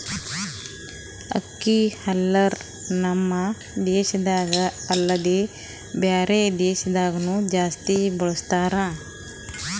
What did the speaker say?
ಅಕ್ಕಿ ಹಲ್ಲರ್ ನಮ್ ದೇಶದಾಗ ಅಲ್ದೆ ಬ್ಯಾರೆ ದೇಶದಾಗನು ಜಾಸ್ತಿ ಬಳಸತಾರ್